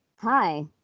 Hi